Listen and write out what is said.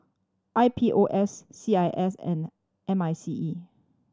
I P O S C I S and M I C E